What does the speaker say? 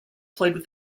played